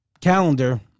calendar